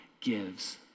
gives